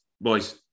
boys